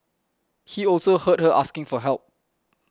he also heard her asking for help